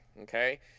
okay